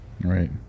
Right